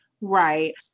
Right